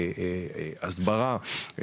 הסברה,